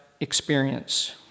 experience